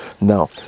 Now